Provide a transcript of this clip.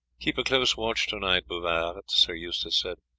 keep a close watch to-night, bouvard, sir eustace said.